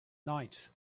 night